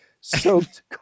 soaked